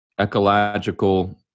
ecological